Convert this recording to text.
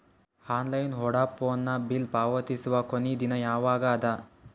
Online Vodafone bill ಪಾವತಿಸುವ ಕೊನಿ ದಿನ ಯವಾಗ ಅದ?